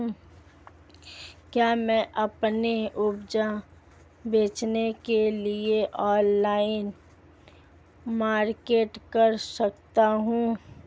क्या मैं अपनी उपज बेचने के लिए ऑनलाइन मार्केटिंग कर सकता हूँ?